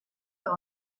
par